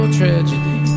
tragedy